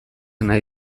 nahi